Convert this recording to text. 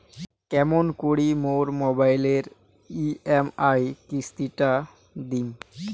কেমন করি মোর মোবাইলের ই.এম.আই কিস্তি টা দিম?